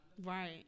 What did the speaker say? right